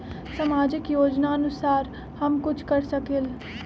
सामाजिक योजनानुसार हम कुछ कर सकील?